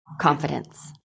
Confidence